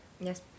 yes